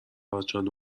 بچت